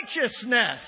righteousness